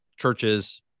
churches